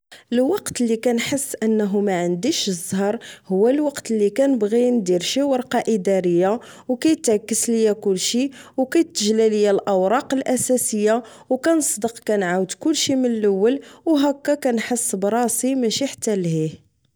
الوقت لي كنحس أنه معنديش الزهر هو الوقت لي كنبغي ندير شي ورقة إدارية أو كيتعكس ليا كلشي أو كيتجلى ليا الأوراق الأساسية أو كنصدق كنعاود كلشي من اللول أو هكا كنحس براسي ماشي حتى الهيه